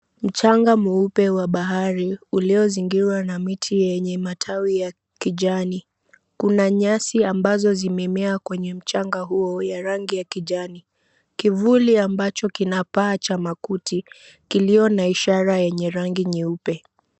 Mchanga mweupe wa bahari uliozingirwa na miti yenye matawi ya kijani. Kuna nyasi ambazo zimemea kwenye mchanga huo ya rangi ya kijani. Kivuli ambacho kinapaa cha makuti kiliyo na ishara yenye rangi nyeupe.